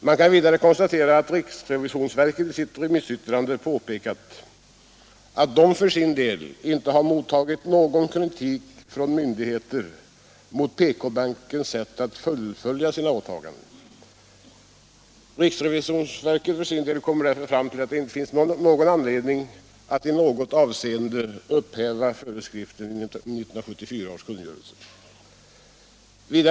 Man kan vidare konstatera att riksrevisionsverket i sitt remissyttrande påpekat att det inte mottagit någon kritik från myndigheter mot PK bankens sätt att fullfölja sina åtaganden. Riksrevisionsverket kommer därför fram till att det inte finns någon anledning att i något avseende upphäva föreskriften i 1974 års kungörelse.